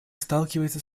сталкивается